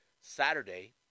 Saturday